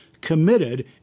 committed